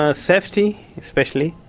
ah safety especially,